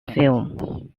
film